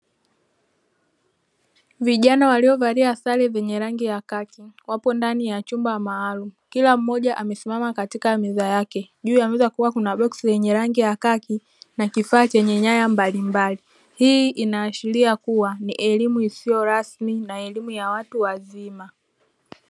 Vijana waliovalia sare zenye rangi ya kaki wapo ndani ya chumba maalumu kila mmoja amesimama katika meza yake, juu ya meza kukiwa kuna boksi lenye rangi ya kaki na kifaa chenye nyaya mbali mbali hii inaashiria kuwa ni elimu isiyo rasmi na elimu kwa watu wazima.